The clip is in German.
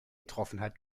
betroffenheit